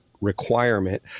requirement